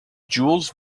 jules